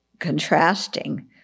contrasting